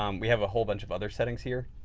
um we have a whole bunch of other settings here.